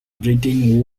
britain